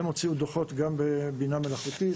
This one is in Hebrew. הם הוציאו דוחות גם בבינה מלאכותית,